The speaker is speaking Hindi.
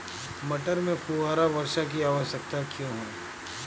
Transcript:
मटर में फुहारा वर्षा की आवश्यकता क्यो है?